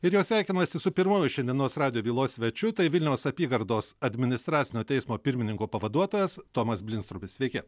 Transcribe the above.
ir jau sveikinuosi su pirmuoju šiandienos radijo bylos svečiu tai vilniaus apygardos administracinio teismo pirmininko pavaduotojas tomas blinstrubis sveiki